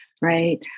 Right